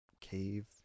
cave